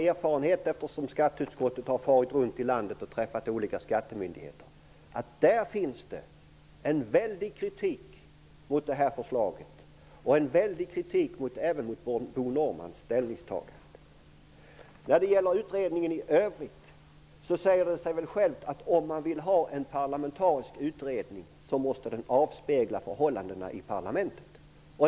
Eftersom skatteutskottet har rest omkring och besökt olika skattemyndigheter vet jag av erfarenhet att det där finns en kraftig kritik mot detta förslag och även mot Bo Norrmans ställningstagande. När det gäller utredningen i övrigt säger det sig självt att en parlamentarisk utredning måste avspegla förhållandena i parlamentet.